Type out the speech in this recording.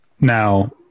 now